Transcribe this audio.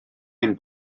ein